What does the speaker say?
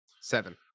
Seven